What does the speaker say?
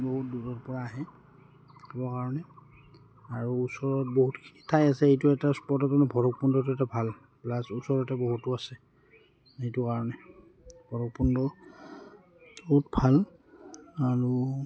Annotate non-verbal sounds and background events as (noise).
বহুত দূৰৰপৰা আহে (unintelligible) কাৰণে আৰু ওচৰত বহুতখিনি ঠাই আছে এইটো (unintelligible) ভৈৰৱকুণ্ডটো এটা ভাল প্লাছ ওচৰতে বহুতো আছে সেইটো কাৰণে ভৈৰৱকুণ্ড বহুত ভাল আৰু